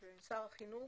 התש"ל-1970.